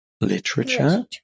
literature